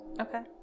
Okay